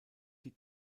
die